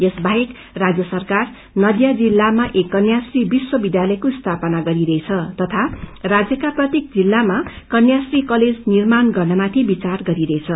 यसबाहेक राज्य सरकार नदीया जिल्लामा एक कन्याश्री कवश्व विध्यालयको स्थापना गरिरहेछ तथ राज्यका प्रत्येक जिल्लामा कन्याश्री कलेज निर्माण गर्नमाथि विचार गरिरहेछ